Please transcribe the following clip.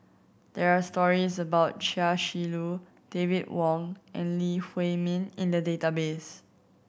there are stories about Chia Shi Lu David Wong and Lee Huei Min in the database